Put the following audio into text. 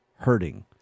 hurting